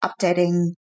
updating